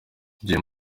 dream